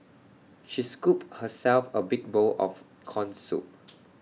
she scooped herself A big bowl of Corn Soup